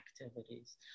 activities